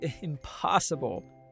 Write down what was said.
impossible